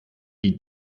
die